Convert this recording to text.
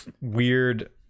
weird